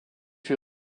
fut